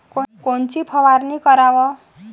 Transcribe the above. कोनची फवारणी कराव?